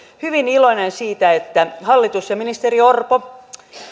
hyvin iloinen siitä että hallitus ja ministeri orpo